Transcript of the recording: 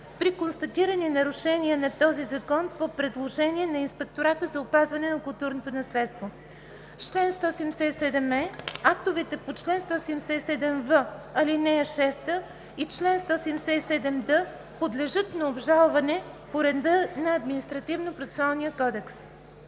при констатирани нарушения на този закон по предложение на Инспектората за опазване на културното наследство. Чл. 177е. Актовете по чл. 177в, ал. 6 и чл. 177д подлежат на обжалване по реда на Административнопроцесуалния кодекс.“